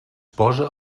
posa